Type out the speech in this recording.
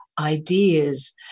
ideas